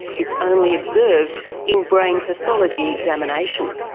it's only observed in brain pathology examination.